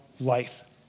life